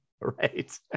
Right